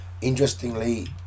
interestingly